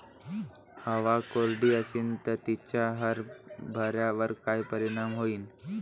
हवा कोरडी अशीन त तिचा हरभऱ्यावर काय परिणाम होईन?